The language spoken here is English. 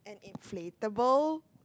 inflatable